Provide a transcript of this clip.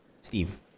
Steve